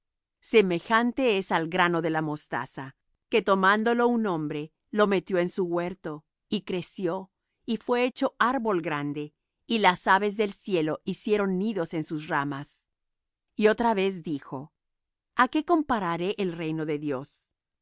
semejante es al grano de la mostaza que tomándo lo un hombre lo metió en su huerto y creció y fué hecho árbol grande y las aves del cielo hicieron nidos en sus ramas y otra vez dijo a qué compararé el reino de dios